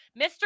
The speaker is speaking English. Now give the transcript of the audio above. Mr